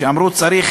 אמרו שצריך